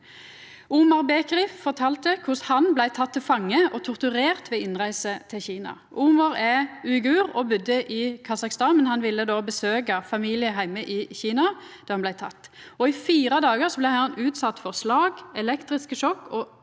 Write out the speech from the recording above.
Omar Bekri fortalde korleis han blei teken til fange og torturert ved innreise til Kina. Omar er uigur og budde i Kasakhstan, men han ville besøkja familie heime i Kina, der han blei teken. I fire dagar blei han utsett for slag, elektriske sjokk og